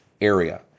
area